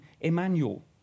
Emmanuel